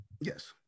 Yes